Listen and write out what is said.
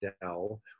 Dell